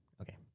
okay